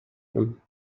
him